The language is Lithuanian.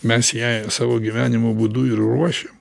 mes ją savo gyvenimo būdu ir ruošiam